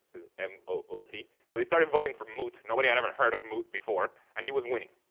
m o o t. so they started voting for moot. nobody had ever heard of moot before, and he was winning.